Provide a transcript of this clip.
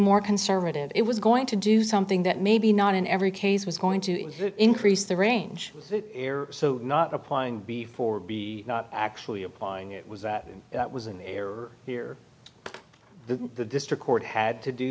more conservative it was going to do something that maybe not in every case was going to increase the range so not applying before the not actually applying it was that it was an error here the the district court had to do